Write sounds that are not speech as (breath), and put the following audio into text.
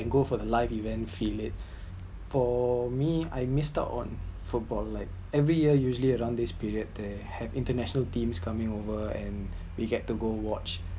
and go for a live event feel it (breath) for me I missed out on football like every year usually around this period they have international teams coming over and (breath) we get to go watch